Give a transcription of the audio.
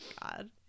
god